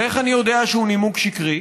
ואיך אני יודע שהוא נימוק שקרי?